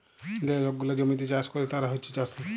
যে লক গুলা জমিতে চাষ ক্যরে তারা হছে চাষী